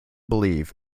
believe